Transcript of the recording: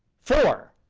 four.